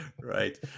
right